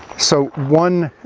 so one